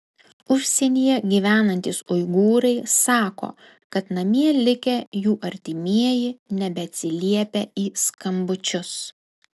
užsienyje gyvenantys uigūrai sako kad namie likę jų artimieji nebeatsiliepia į skambučius